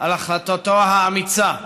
על החלטתו האמיצה,